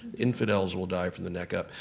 infidels will die from the neck up.